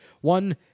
One